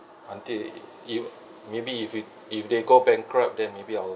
until if maybe if if they go bankrupt then maybe I'll